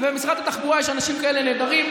במשרד התחבורה יש אנשים כאלה נהדרים.